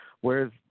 whereas